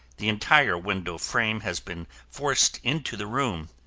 the entire window frame has been forced into the room.